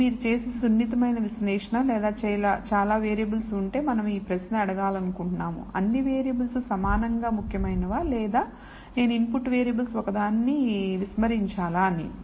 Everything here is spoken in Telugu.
ఇది మీరు చేసే సున్నితమైన విశ్లేషణ లేదా చాలా వేరియబుల్స్ ఉంటే మనం ఈ ప్రశ్న అడగాలనుకుంటున్నాము అన్ని వేరియబుల్స్ సమానంగా ముఖ్యమైనవా లేదా నేను ఇన్పుట్ వేరియబుల్స్ ఒకదాన్ని విస్మరించాలా అని